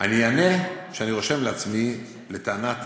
אני אענה שאני רושם לעצמי: לטענת